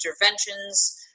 interventions